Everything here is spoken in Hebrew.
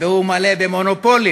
והוא מלא במונופולים.